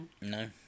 No